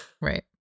right